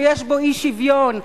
שיש בו אי-שוויון קיצוני?